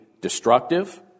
destructive